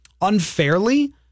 unfairly